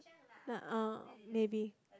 uh maybe